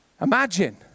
Imagine